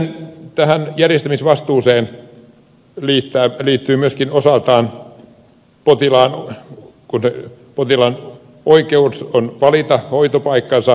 sitten tähän järjestämisvastuuseen liittyy myöskin osaltaan potilaan oikeus valita hoitopaikkansa